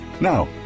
Now